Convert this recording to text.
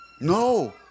No